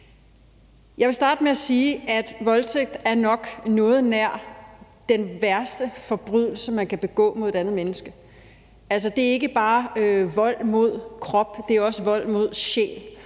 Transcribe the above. Jeg vil starte med at sige, at voldtægt nok er noget nær den værste forbrydelse, man kan begå mod et andet menneske. Altså, det er ikke bare vold mod krop; det er også vold mod sjæl.